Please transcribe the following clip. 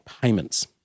payments